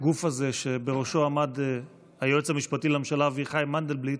לגוף הזה שבראשו עמד היועץ המשפטי לממשלה אביחי מנדלבליט,